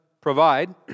provide